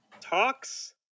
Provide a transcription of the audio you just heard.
talks